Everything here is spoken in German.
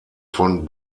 von